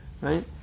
Right